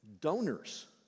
donors